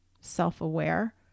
self-aware